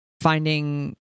finding